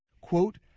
Quote